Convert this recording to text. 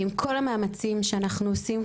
ועם כול המאמצים שאנחנו עושים,